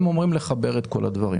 הם אומרים לחבר את כל הדברים,